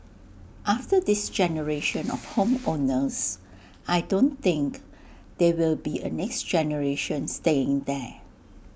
after this generation of home owners I don't think there will be A next generation staying there